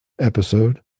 episode